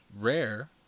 rare